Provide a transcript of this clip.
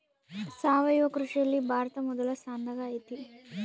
ಸಾವಯವ ಕೃಷಿಯಲ್ಲಿ ಭಾರತ ಮೊದಲ ಸ್ಥಾನದಾಗ್ ಐತಿ